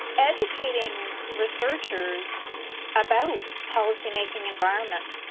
educating researchers about policy-making environments.